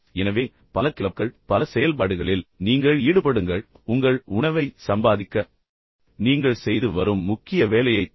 எனவே பல கிளப்கள் பல செயல்பாடுகளில் நீங்கள் ஈடுபடுங்கள் உங்கள் உணவை சம்பாதிக்க நீங்கள் செய்து வரும் முக்கிய வேலையைத் தவிர